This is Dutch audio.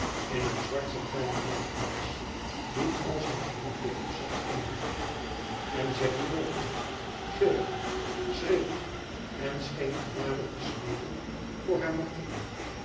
in een zwart satijnen morgenjas die als een gemakkelijke zak om haar hing en zij kreunde gilde schreeuwde en scheen genade te smeeken voor haar marteling